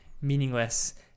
meaningless